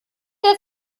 der